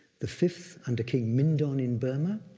the fifth under king mindon in burma.